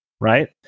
Right